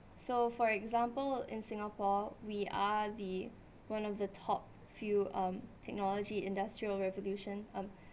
so for example in singapore we are the one of the top few um technology industrial revolution um